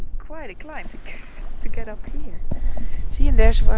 quite a climb to to get up here see and there's,